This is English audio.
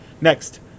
Next